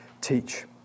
teach